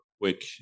quick